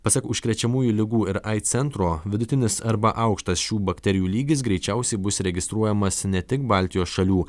pasak užkrečiamųjų ligų ir aids centro vidutinis arba aukštas šių bakterijų lygis greičiausiai bus registruojamas ne tik baltijos šalių